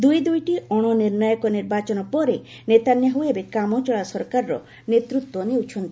ଦୁଇ ଦୁଇଟି ଅଣ ନିର୍ଷ୍ଣାୟକ ନିର୍ବାଚନ ପରେ ନେତାନ୍ୟାହ ଏବେ କାମଚଳା ସରକାରର ନେତୃତ୍ୱ ନେଉଛନ୍ତି